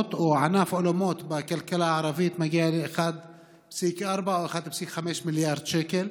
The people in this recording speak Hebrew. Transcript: האולמות או ענף האולמות בכלכלה הערבית מגיע ל-1.4 או 1.5 מיליארד שקל.